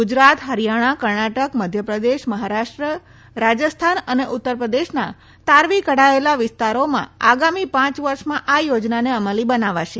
ગુજરાત હરીયાણા કર્ણાટક મધ્યપ્રદેશ મહારાષ્ટ્ર રાજસ્થાન અને ઉત્તરપ્રદેશના તારવી કઢાયેલા વિસ્તારોમાં આગામી પાંચ વર્ષમાં આ યોજનાને અમલી બનાવાશે